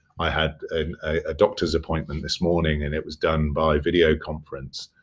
i had a doctor's appointment this morning and it was done by video conference.